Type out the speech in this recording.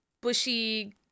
bushy